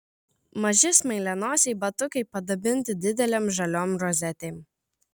maži smailianosiai batukai padabinti didelėm žaliom rozetėm